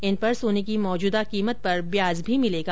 इन पर सोने की मौजूदा कीमत पर ब्याज भी मिलेगा